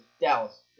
Dallas